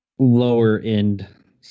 Lower-end